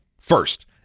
First